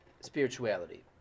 spirituality